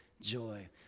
joy